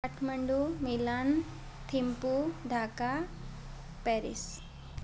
Kathmandu Milan Thimphu Dhaka Paris